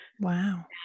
Wow